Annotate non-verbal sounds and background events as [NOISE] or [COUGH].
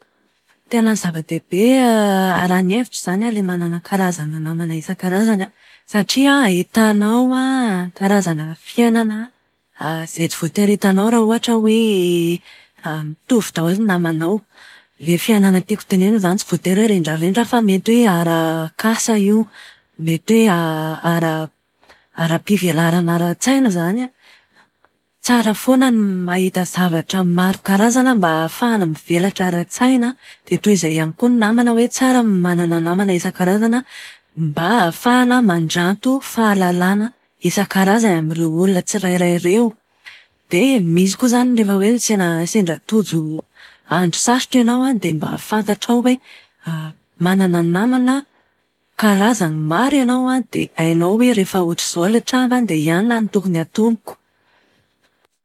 Tena zava-dehibe [HESITATION] raha ny hevitro izany an ilay manana karazana namana isan-karazany an, satria ahitànao [HESITATION] karazana fiainana izay tsy voatery hitanao raha ohatra hoe [HESITATION] mitovy daholo ny namanao. Lay fiainana tiako tenenina izany tsy voatery hoe rendrarendra fa mety hoe arak'asa io. Mety hoe [HESITATION] ara- ara-pivelarana ara-tsaina izany an. Tsara foana ny mahita zavatra maro karazana mba hahafahana mivelatra ara-tsaina dia toy izay ihany koa ny namana hoe, tsara ny manana namana isan-karazany an, mba ahafahana mandranto fahalalàna isan-karazany amin'ireo olona tsirairay ireo. Dia misy koa izany rehefa hoe sendra sendra tojo andro sarotra ianao, dia mba fantatrao hoe [HESITATION] manana namana karazany maro ianao an, dia hainao hoe rehefa ohatr'izao ilay tranga dia i anona no tokony antoniko.